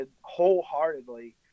wholeheartedly